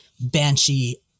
Banshee